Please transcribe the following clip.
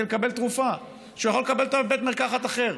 לקבל תרופה שהוא יכול לקבל אותה בבית מרקחת אחר.